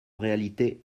réalité